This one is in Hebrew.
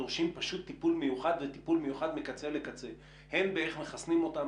דורשים פשוט טיפול מיוחד וטיפול מיוחד מקצה לקצה איך מחסנים אותם,